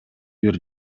бир